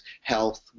health